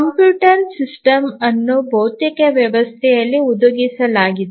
computer system ಅನ್ನು ಭೌತಿಕ ವ್ಯವಸ್ಥೆಯಲ್ಲಿ ಹುದುಗಿಸಲಾಗಿದೆ